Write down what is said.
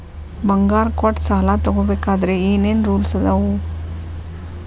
ಬಂಗಾರ ಕೊಟ್ಟ ಸಾಲ ತಗೋಬೇಕಾದ್ರೆ ಏನ್ ಏನ್ ರೂಲ್ಸ್ ಅದಾವು?